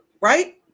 Right